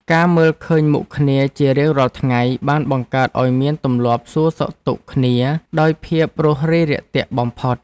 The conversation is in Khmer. ការមើលឃើញមុខគ្នាជារៀងរាល់ថ្ងៃ បានបង្កើតឱ្យមានទម្លាប់សួរសុខទុក្ខគ្នាដោយភាពរួសរាយរាក់ទាក់បំផុត។